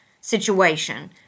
situation